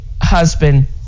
husband